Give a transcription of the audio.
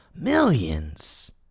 millions